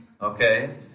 okay